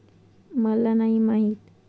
Utility बिला आणि payment म्हंजे नक्की काय आसा?